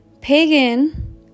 Pagan